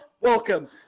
welcome